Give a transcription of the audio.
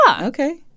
okay